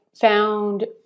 found